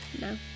No